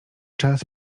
czas